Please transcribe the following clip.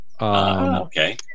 okay